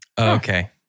Okay